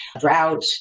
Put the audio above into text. drought